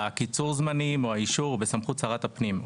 קיצור הזמנים או האישור הוא בסמכות שרת הפנים.